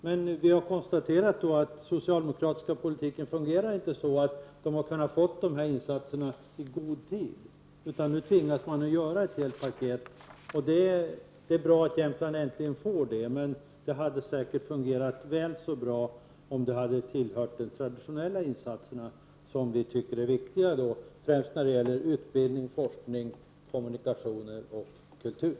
Men vi har konstaterat att den socialdemokratiska politiken inte fungerar på ett sådant sätt att Jämtland kunde ha fått dessa insatser i god tid. Nu tvingas regeringen i stället att ta till ett helt paket. Det är bra att Jämtland äntligen får detta, men det hade säkert fungerat väl så bra om detta paket hade tillhört de traditionella insatserna, som vi tycker är viktigare, främst när det gäller utbildning, forskning, kommunikationer och kultur.